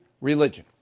religion